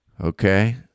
Okay